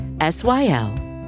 S-Y-L